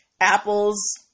Apple's